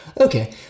okay